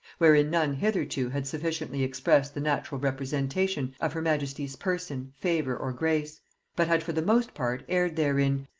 wherein none hitherto had sufficiently expressed the natural representation of her majesty's person, favor, or grace but had for the most part erred therein,